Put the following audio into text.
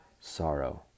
sorrow